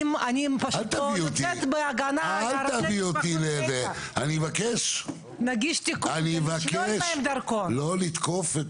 השכל הישר שלי אומר שנאשם בכתב אישום לא יכול להיות